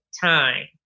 time